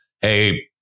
hey